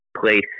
place